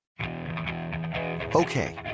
Okay